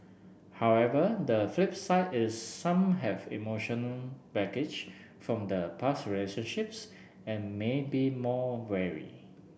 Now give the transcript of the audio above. however the flip side is some have emotional baggage from the past research trips and may be more wary